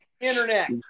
internet